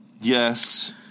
Yes